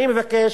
אני מבקש,